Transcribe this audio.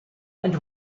and